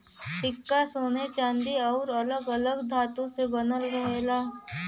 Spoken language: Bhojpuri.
सिक्का सोने चांदी आउर अलग अलग धातु से बनल रहेला